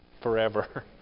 forever